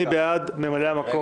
מי בעד ממלאי המקום?